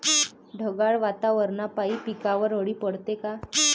ढगाळ वातावरनापाई पिकावर अळी पडते का?